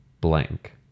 Blank